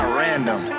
random